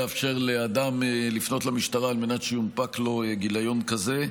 לאפשר לאדם לפנות למשטרה על מנת שיונפק לו גיליון כזה.